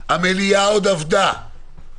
המליאה עוד עבדה.